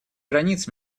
границ